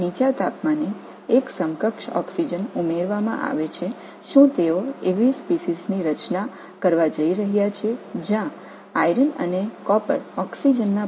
இரும்பு மற்றும் copper oxygen மூலக்கூறுடன் இணைக்கப்பட்டுள்ள ஒரு இனத்தை உருவாக்கப் போகிறதா